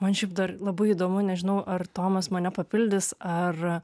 man šiaip dar labai įdomu nežinau ar tomas mane papildys ar